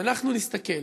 אם אנחנו נסתכל,